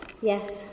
Yes